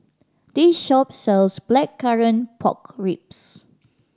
this shop sells Blackcurrant Pork Ribs